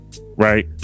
Right